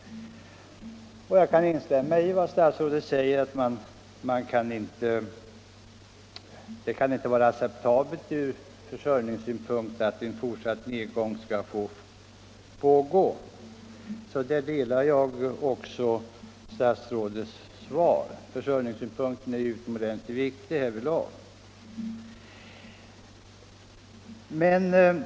Jag vill instämma i vad statsrådet säger om att en fortsatt nedgång inte är acceptabel från försörjningssynpunkt. Där delar jag den uppfattning som kommit till uttryck i statsrådets svar; försörjningssynpunkten är utomordentlig viktig.